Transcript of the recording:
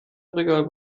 regal